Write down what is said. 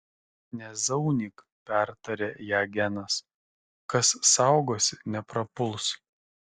nezaunyk pertarė ją genas kas saugosi neprapuls